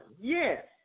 Yes